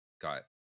got